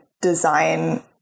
design